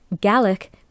Gallic